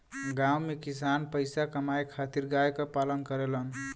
गांव में किसान पईसा कमाए खातिर गाय क पालन करेलन